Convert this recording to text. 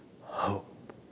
hope